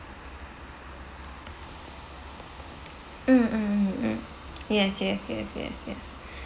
mm mm mm mm yes yes yes yes yes